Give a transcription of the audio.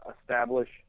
establish